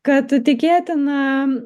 kad tikėtina